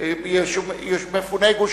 מפוני גוש-קטיף.